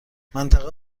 منطقه